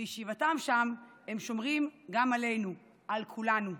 בישיבתם שם הם שומרים גם עלינו, על כולנו.